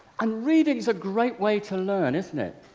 um reading's a great way to learn, isn't it?